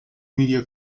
media